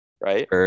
right